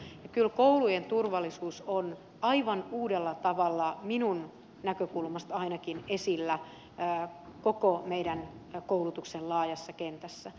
ja kyllä koulujen turvallisuus on aivan uudella tavalla minun näkökulmastani ainakin esillä koko meidän koulutuksen laajassa kentässä